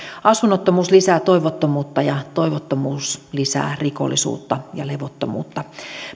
asunnottomuus lisää toivottomuutta ja toivottomuus lisää rikollisuutta ja levottomuutta